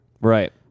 Right